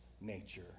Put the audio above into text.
nature